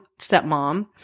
stepmom